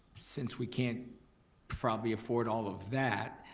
since we can't probably afford all of that,